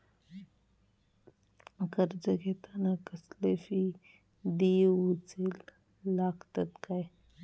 कर्ज घेताना कसले फी दिऊचे लागतत काय?